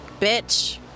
Bitch